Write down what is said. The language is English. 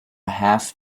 half